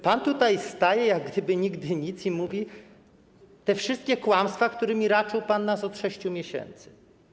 Pan tutaj staje, jak gdyby nigdy nic, i powtarza te wszystkie kłamstwa, którymi raczył pan nas od 6 miesięcy.